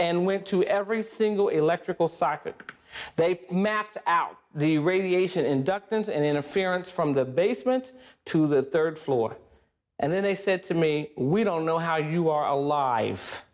and went to every single electrical socket they mapped out the radiation inductance and interference from the basement to the third floor and then they said to me we don't know how you are alive